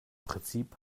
prinzip